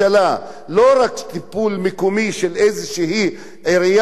לא רק טיפול מקומי של איזו עירייה פה ושם,